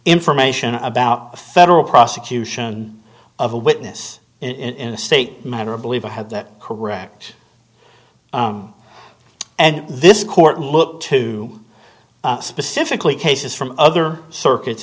information about federal prosecution of a witness in a state matter of belief or have that correct and this court looked to specifically cases from other circuits